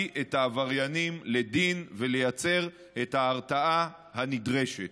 את העבריינים לדין ולייצר את ההתרעה הנדרשת,